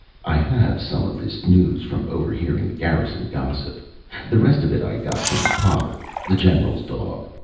i have some of this news from over-hearing the garrison-gossip, the rest of it i got from potter, the general's dog.